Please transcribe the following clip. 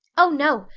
oh no,